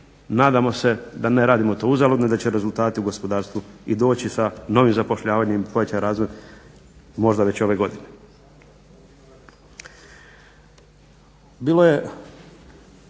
Nadamo se da ne radimo to uzaludno i da će rezultati u gospodarstvu i doći sa novim zapošljavanjem i povećan razvoj možda već ove godine.